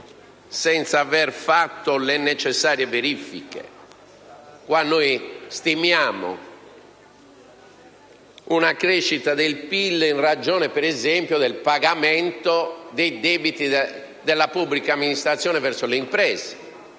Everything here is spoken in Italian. senza aver fatto le necessarie verifiche. Si stima la crescita del PIL in ragione, per esempio, del pagamento dei debiti della pubblica amministrazione verso le imprese,